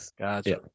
gotcha